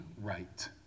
right